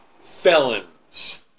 felons